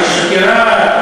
יש חקירה.